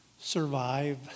survive